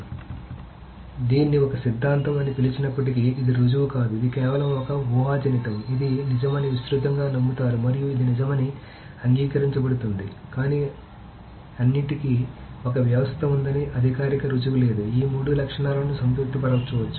కాబట్టి దీన్ని ఒక సిద్ధాంతం అని పిలిచినప్పటికీ ఇది రుజువు కాదు ఇది కేవలం ఒక ఊహాజనితం ఇది నిజమని విస్తృతంగా నమ్ముతారు మరియు ఇది నిజమని అంగీకరించబడుతుంది కానీ అన్నింటికీ ఒక వ్యవస్థ ఉండదని అధికారిక రుజువు లేదు ఈ మూడు లక్షణాలను సంతృప్తి పరచవచ్చు